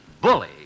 Bully